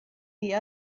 the